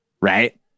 right